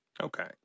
Okay